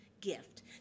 gift